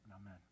amen